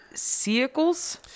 vehicles